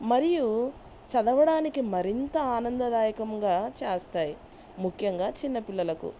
మరియు చదవడానికి మరింత ఆనందదాయకంగా చేస్తాయి ముఖ్యంగా చిన్న పిల్లలకు